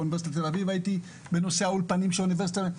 באוניברסיטת תל אביב הייתי בנושא האולפנים של האוניברסיטה.